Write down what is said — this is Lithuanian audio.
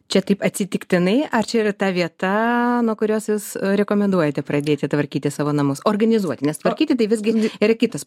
čia taip atsitiktinai ar čia yra ta vieta nuo kurios jūs rekomenduojate pradėti tvarkyti savo namus organizuoti nes tvarkyti tai visgi yra kitas